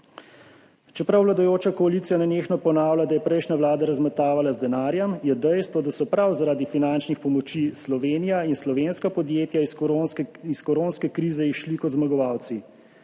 Čeprav vladajoča koalicija nenehno ponavlja, da je prejšnja vlada razmetavala z denarjem, je dejstvo, da so prav zaradi finančnih pomoči Slovenija in slovenska podjetja iz koronske krize izšli kot zmagovalci.